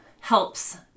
helps